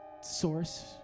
source